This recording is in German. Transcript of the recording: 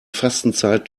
fastenzeit